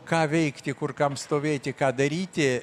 ką veikti kur kam stovėti ką daryti